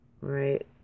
right